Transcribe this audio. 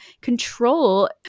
control